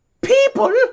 people